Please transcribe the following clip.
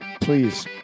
please